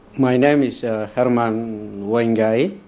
my name is herman wangiraii.